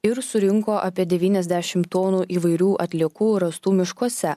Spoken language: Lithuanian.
ir surinko apie devyniasdešim tonų įvairių atliekų rastų miškuose